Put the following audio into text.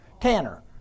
Tanner